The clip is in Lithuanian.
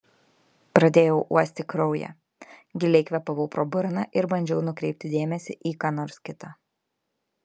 pradėjau uosti kraują giliai kvėpavau pro burną ir bandžiau nukreipti dėmesį į ką nors kita